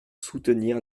soutenir